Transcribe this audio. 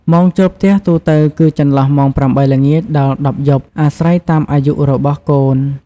ម៉ោងចូលផ្ទះទូទៅគឺចន្លោះម៉ោង ៨ ល្ងាច ដល់ ១០ យប់ អាស្រ័យតាមអាយុរបស់កូន។